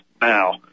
now